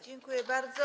Dziękuję bardzo.